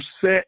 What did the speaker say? set